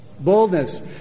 Boldness